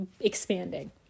expanding